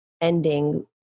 ending